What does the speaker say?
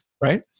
right